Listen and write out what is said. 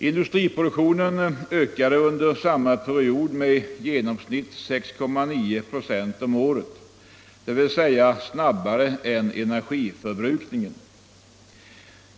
Industriproduktionen ökade under samma period med i genomsnitt 6,9 96 per år, dvs. snabbare än energiförbrukningen.